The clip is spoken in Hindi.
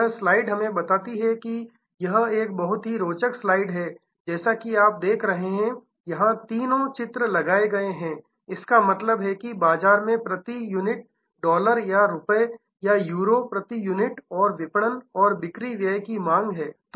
तो यह स्लाइड हमें बताती है कि यह एक बहुत ही रोचक स्लाइड है जैसा कि आप देख सकते हैं कि यहां तीनों चित्र लगाए गए हैं इसका मतलब है कि बाजार में प्रति यूनिट डॉलर या रुपए या यूरो प्रति यूनिट और विपणन और बिक्री व्यय की मांग है